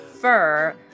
fur